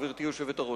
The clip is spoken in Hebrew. גברתי היושבת-ראש.